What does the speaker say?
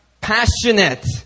passionate